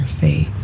face